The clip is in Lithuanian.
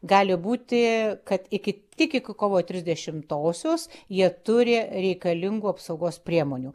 gali būti kad iki tik iki kovo trisdešimtosios jie turi reikalingų apsaugos priemonių